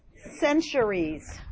centuries